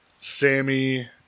Sammy